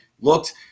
looked